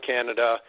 Canada